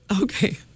Okay